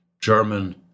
German